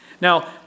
Now